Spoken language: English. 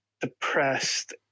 depressed